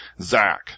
Zach